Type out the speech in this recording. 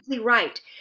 Right